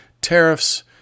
tariffs